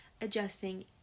adjusting